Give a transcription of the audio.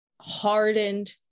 hardened